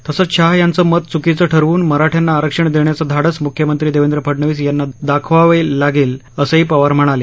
तसंच शहा यांचं मत चुकीचं ठरवून मराठ्यांना आरक्षण देण्याचं धाडस मुख्यमंत्री देवेंद्र फडणवीस यांना दाखवावं लागेल असंही पवार म्हणाले